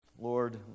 Lord